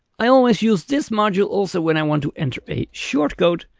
i always use this module also when i want to enter a shortcode,